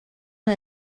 and